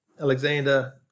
Alexander